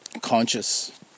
conscious